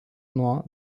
nuo